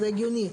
זה הגיוני.